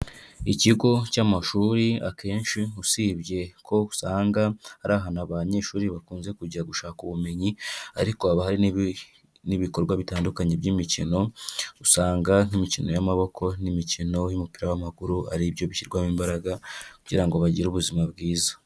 Ikigo cy'amashuri akenshi usibye ko usanga ari ahantu abanyeshuri bakunze kujya gushaka ubumenyi, ariko haba hari n'ibikorwa bitandukanye by'imikino usanga nk'imikino y'amaboko n'imikino y'umupira w'amaguru aribyo bishyirwamo imbaraga kugira ngo bagire ubuzima bwiza.